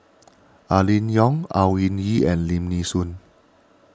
Aline Yong Au Ying Yee and Lim Nee Soon